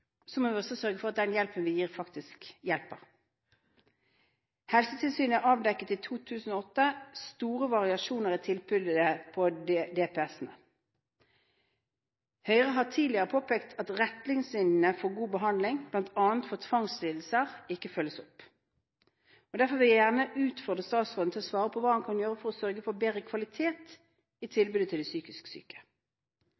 må vi også sørge for at den hjelpen vi gir, faktisk hjelper. Helsetilsynet avdekket i 2008 store variasjoner i tilbudet på DPS-ene. Høyre har tidligere påpekt at retningslinjene for god behandling, bl.a. for tvangslidelser, ikke følges opp. Derfor vil jeg gjerne utfordre statsråden til å svare på hva han kan gjøre for å sørge for bedre kvalitet i